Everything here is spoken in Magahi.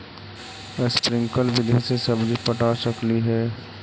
स्प्रिंकल विधि से सब्जी पटा सकली हे?